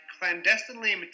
clandestinely